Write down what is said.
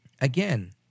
again